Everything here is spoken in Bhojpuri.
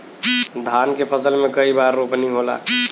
धान के फसल मे कई बार रोपनी होला?